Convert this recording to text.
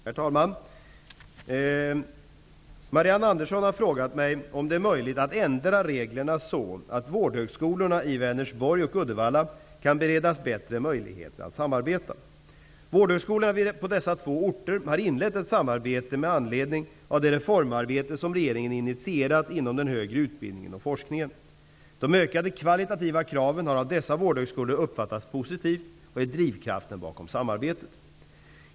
Herr talman! Marianne Andersson har frågat mig om det är möjligt att ändra reglerna så att vårdhögskolorna i Vänersborg och Uddevalla kan beredas bättre möjligheter att samarbeta. Vårdhögskolorna vid dessa två orter har inlett ett samarbete med anledning av det reformarbete som regeringen initierat inom den högre utbildningen och forskningen. De ökade kvalitativa kraven har av dessa vårdhögskolor uppfattats positivt och är drivkraften bakom samarbetet.